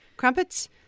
Crumpets